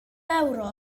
ewro